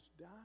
died